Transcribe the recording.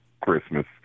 Christmas